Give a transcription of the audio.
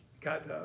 got